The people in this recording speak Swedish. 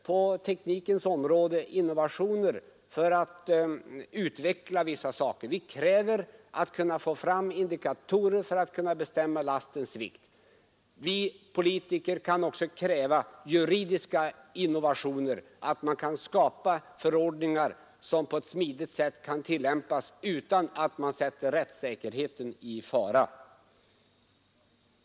På teknikens område kräver man ju innovationer för att främja utvecklingen; vi kräver exempelvis indikatorer för att kunna bestämma lastens vikt. Vi politiker kan också kräva juridiska innovationer, dvs. att det skapas förordningar som kan tillämpas på ett smidigt sätt utan att rättssäkerheten sätts i fara.